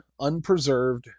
unpreserved